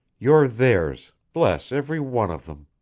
you're theirs, bless every one of them.